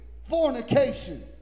fornication